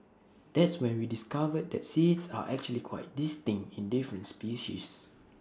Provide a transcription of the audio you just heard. that's when we discovered that seeds are actually quite distinct in different species